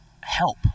help